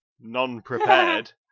non-prepared